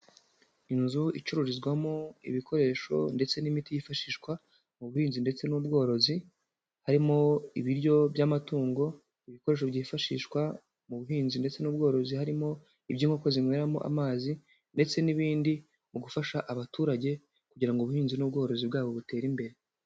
Inzu icururizwamo ibikoresho ndetse n'imiti yifashishwa mu buhinzi ndetse n'ubworozi. Harimo ibiryo by'amatungo, ibikoresho byifashishwa mu buhinzi ndetse n'ubworozi, harimo iby'inkoko zinyweramo amazi ndetse n'ibindi mu gufasha abaturage kugira ngo ubuhinzi n'ubworozi bwabo butere imbere.